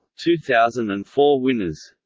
two thousand and four winners